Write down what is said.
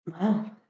Wow